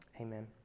Amen